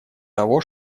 того